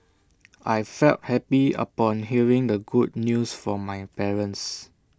I felt happy upon hearing the good news from my parents